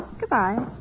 Goodbye